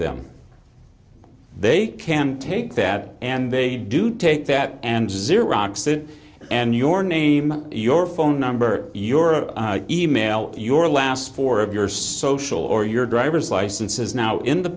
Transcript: them they can take that and they do take that and xerox it and your name your phone number your e mail your last four of your social or your driver's license is now in the